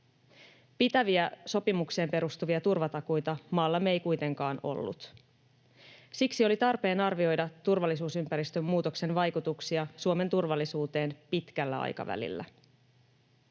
Pitäviä, sopimukseen perustuvia turvatakuita maallamme ei kuitenkaan ollut. Siksi oli tarpeen arvioida turvallisuusympäristön muutoksen vaikutuksia Suomen turvallisuuteen pitkällä aikavälillä.